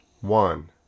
One